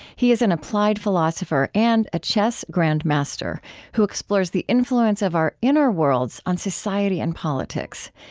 he is an applied philosopher and a chess grandmaster who explores the influence of our inner worlds on society and politics.